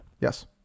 Yes